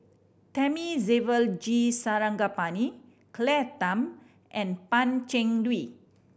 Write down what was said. Thamizhavel G Sarangapani Claire Tham and Pan Cheng Lui